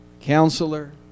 Counselor